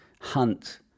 hunt